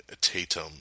Tatum